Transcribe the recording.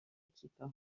équipe